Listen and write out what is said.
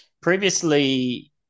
Previously